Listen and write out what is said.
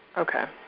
okay.